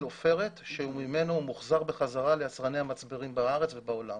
עופרת שממנו מוחזר בחזרה ליצרני המצברים בארץ ובעולם.